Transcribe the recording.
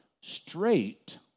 Straight